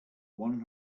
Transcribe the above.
one